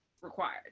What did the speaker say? required